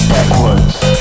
Backwards